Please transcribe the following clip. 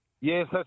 Yes